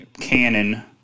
canon